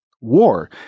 war